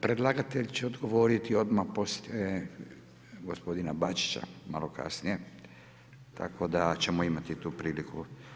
Predlagatelj će odgovoriti odmah poslije gospodina Bačića, malo kasnije tako da ćemo imati tu priliku.